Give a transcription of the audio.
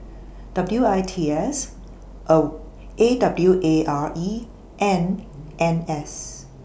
W I T S A W A R E and N S